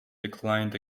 declined